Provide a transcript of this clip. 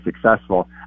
successful